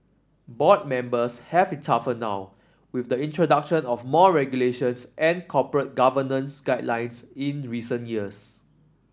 board members have it tougher now with the introduction of more regulations and corporate governance guidelines in recent years